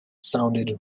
sounded